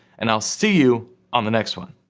and i'll see you on the next one.